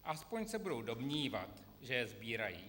Aspoň se budou domnívat, že je sbírají.